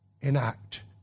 enact